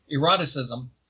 eroticism